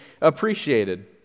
appreciated